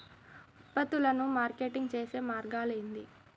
ఉత్పత్తులను మార్కెటింగ్ చేసే మార్గాలు ఏంది?